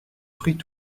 fruits